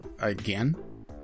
again